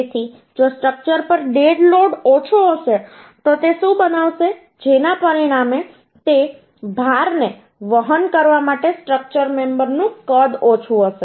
તેથી જો સ્ટ્રક્ચર પર ડેડ લોડ ઓછો હશે તો તે શું બનાવશે જેના પરિણામે તે ભારને વહન કરવા માટે સ્ટ્રક્ચર મેમબરનું કદ ઓછું હશે